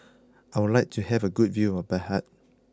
I would like to have a good view of Baghdad